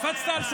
קפצת על שולחנות.